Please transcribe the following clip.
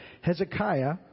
Hezekiah